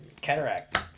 Cataract